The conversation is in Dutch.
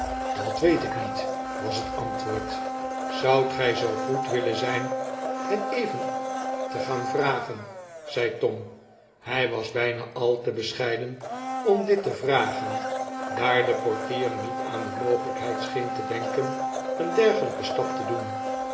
dat weet ik niet was het antwoord zoudt gij zoo goed willen zijn het even te gaan vragen zei tom hij was bijna al te bescheiden om dit te vragen daar de portier niet aan de mogelijkheid scheen te denken een dergelijken stap te doen